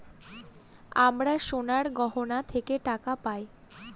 আমরা সোনার গহনা থেকে টাকা পায়